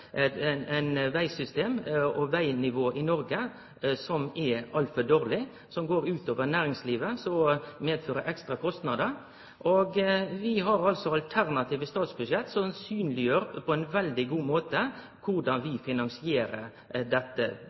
fant. Ein har altså eit vegsystem og eit vegnivå i Noreg som er altfor dårleg, som går ut over næringslivet, og som fører til ekstra kostnader. Vi har eit alternativt statsbudsjett som synleggjer på ein veldig god måte korleis vi finansierer